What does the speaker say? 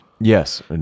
Yes